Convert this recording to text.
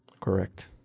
Correct